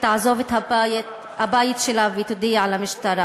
תעזוב את הבית שלה ותודיע למשטרה,